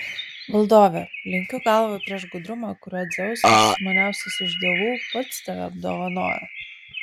valdove lenkiu galvą prieš gudrumą kuriuo dzeusas sumaniausias iš dievų pats tave apdovanojo